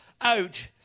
out